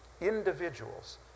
individuals